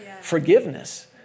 Forgiveness